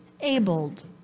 abled